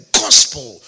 gospel